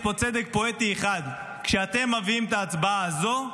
יש פה צדק פואטי אחד: כשאתם מביאים את ההצבעה הזו,